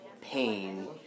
pain